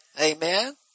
Amen